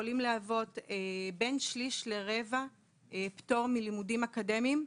יכולים להוות בין שליש לרבע פטור מלימודים אקדמיים,